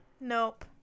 Nope